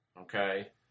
Okay